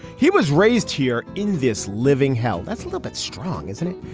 he was raised here in this living hell. that's a little bit strong, isn't it?